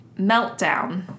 meltdown